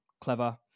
clever